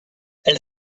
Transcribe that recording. elle